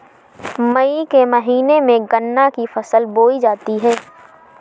मई के महीने में गन्ना की फसल बोई जाती है